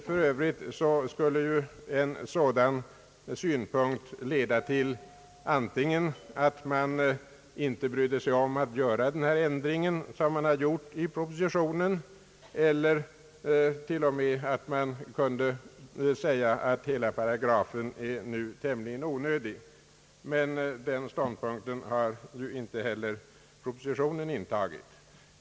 För övrigt skulle en sådan synpunkt leda till antingen att man inte brydde sig om att göra denna ändring som man hår föreslagit i propositionen eller till och med att man kunde säga att hela paragrafen nu är tämligen onödig. Men den ståndpunkten har man ju inte heller intagit i propositionen.